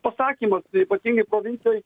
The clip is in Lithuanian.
pasakymas ypatingai provincijoj